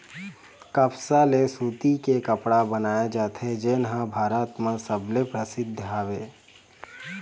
कपसा ले सूती के कपड़ा बनाए जाथे जेन ह भारत म सबले परसिद्ध हे